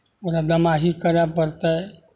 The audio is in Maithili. ओकरा दमाही करय पड़तै